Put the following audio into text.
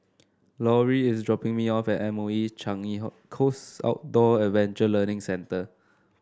Lauri is dropping me off at M O E Changi Coast Outdoor Adventure Learning Centre